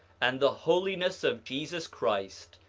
and the holiness of jesus christ,